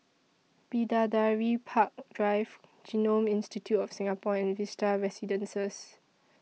Bidadari Park Drive Genome Institute of Singapore and Vista Residences